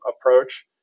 approach